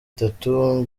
itatu